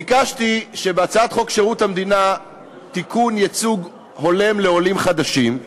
ביקשתי שבהצעת חוק שירות המדינה (תיקון) (ייצוג הולם לעולים חדשים),